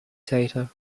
tata